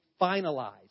finalized